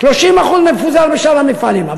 ו-30% מפוזרים בשאר המפעלים.